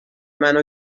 منو